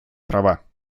права